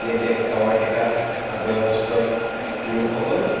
day গাঁৱৰ ডেকা বা বয়সস্থ লোকসকল